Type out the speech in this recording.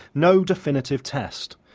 no definitive test.